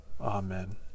Amen